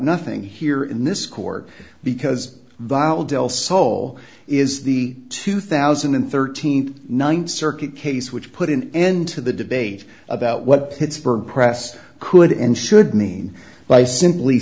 nothing here in this court because vile del sol is the two thousand and thirteen th circuit case which put an end to the debate about what pittsburgh press could and should mean by simply